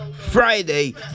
Friday